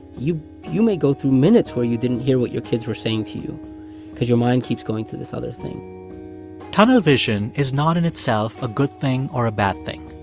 you you may go through minutes where you didn't hear what your kids were saying to you because your mind keeps going to this other thing tunnel vision is not in itself a good thing or a bad thing.